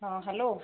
ହଁ ହ୍ୟାଲୋ